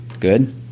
Good